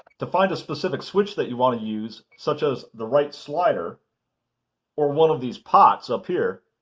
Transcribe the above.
to find a specific switch that you want to use such as the right slider or one of these pots up here,